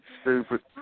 Stupid